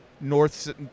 north